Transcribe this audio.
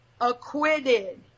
acquitted